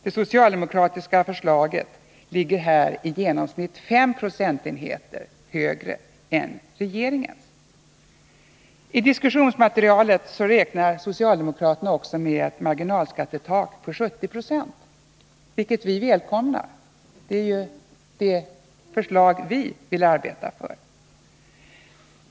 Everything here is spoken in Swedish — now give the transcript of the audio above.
Det socialdemokratiska förslaget ligger där i genomsnitt fem procentenheter högre än regeringens. I diskussionsmaterialet räknar socialdemokraterna med ett marginalskattetak på 70 96, vilket vi välkomnar. Det är det förslaget vi arbetar för.